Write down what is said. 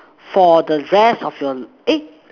for the rest of your eh